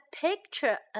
picture